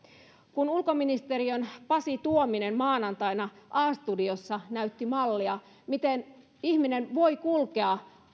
kun ulkoministeriön pasi tuominen maanantaina a studiossa näytti mallia miten ihminen voi kulkea